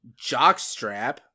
Jockstrap